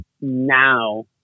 now